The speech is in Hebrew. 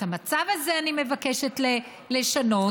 את המצב הזה אני מבקשת לשנות.